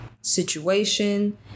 situation